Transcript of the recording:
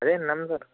అదే విన్నాం సార్